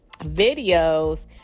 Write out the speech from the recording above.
videos